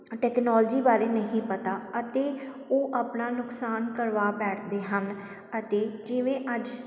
technology ਬਾਰੇ ਨਹੀਂ ਪਤਾ ਅਤੇ ਉਹ ਆਪਣਾ ਨੁਕਸਾਨ ਕਰਵਾ ਬੈਠਦੇ ਹਨ ਅਤੇ ਜਿਵੇਂ ਅੱਜ